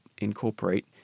incorporate